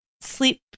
sleep